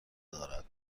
دارد